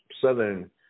Southern